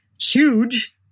huge